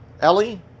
Ellie